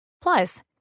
Plus